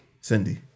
Cindy